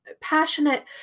passionate